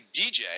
DJ